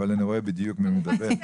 כן,